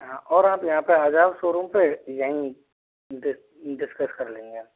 और आप यहाँ पर आ जाओ शोरूम पर यहीं डिस डिसकस कर लेंगे